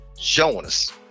Jonas